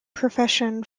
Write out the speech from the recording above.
profession